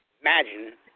imagine